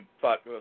thought